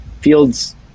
Fields